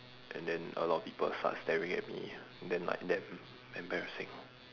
and then a lot of people start staring at me then like damn embarrassing